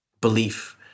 belief